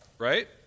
right